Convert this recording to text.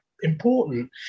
important